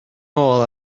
nôl